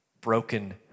broken